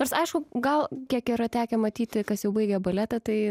nors aišku gal kiek yra tekę matyti kas jau baigė baletą tai